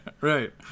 Right